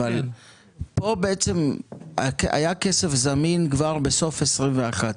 אבל פה בעצם היה כסף זמין כבר בסוף 21',